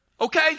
Okay